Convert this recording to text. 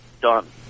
Done